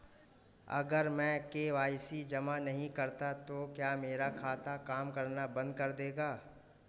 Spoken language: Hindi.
अगर मैं के.वाई.सी जमा नहीं करता तो क्या मेरा खाता काम करना बंद कर देगा?